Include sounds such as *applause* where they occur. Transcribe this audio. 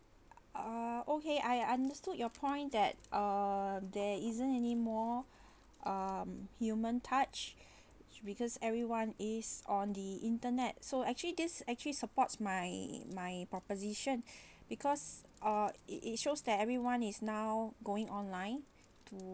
uh okay I understood your point that uh there isn't any more um human touch *breath* because everyone is on the internet so actually this actually supports my my proposition *breath* because uh it it shows that everyone is now going online *breath* to